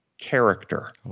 character